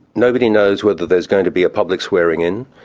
nobody knows whether there's going to be a public swearing-in,